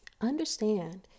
Understand